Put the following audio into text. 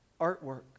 artwork